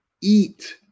eat